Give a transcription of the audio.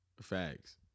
Facts